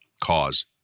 cause